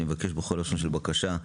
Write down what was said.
אני מבקש בכל לשון של בקשה,